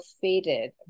faded